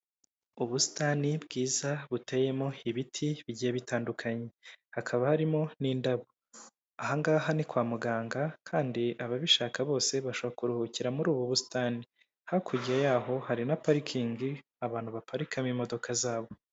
Ubusitani bwiza buteyemo ibiti bigiye bitandukanye, hakaba harimo n'indabo, aha ngaha ni kwa muganga, kandi ababishaka bose bashobora kuruhukira muri ubu busitani, hakurya yaho hari na parikingi abantu baparikamo imodoka zabo.